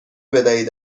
بدهید